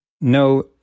No